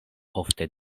ofte